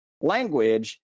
language